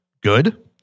good